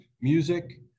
music